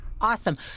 awesome